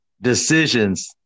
decisions